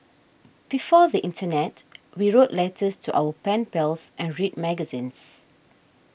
before the internet we wrote letters to our pen pals and read magazines